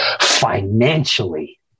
Financially